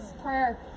prayer